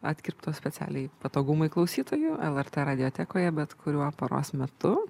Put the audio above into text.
atkirptos specialiai patogumui klausytojų lrt radiotekoje bet kuriuo paros metu